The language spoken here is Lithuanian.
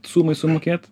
sumai sumokėt